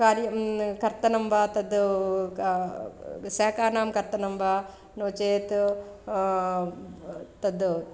कार्यं कर्तनं वा तद् क शाकानां कर्तनं वा नो चेत् तद्